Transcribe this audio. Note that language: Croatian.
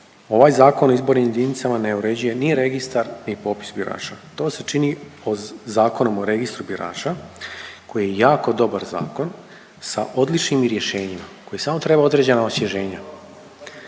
Ovaj Zakon o izbornim jedinicama ne uređuje ni registar ni popis birača. To se čini Zakonom o registru birača koji je jako dobar zakon sa odličnim rješenjima koji samo treba određena osvježenja.